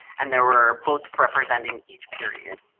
and there were books representing each period.